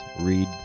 read